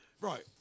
Right